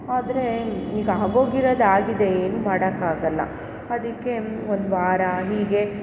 ಆದರೆ ಈಗ ಆಗೋಗಿರೋದು ಆಗಿದೆ ಏನೂ ಮಾಡೋಕ್ಕಾಗೋಲ್ಲ ಅದಕ್ಕೆ ಒಂದು ವಾರ ಹೀಗೆ